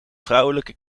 vrouwelijke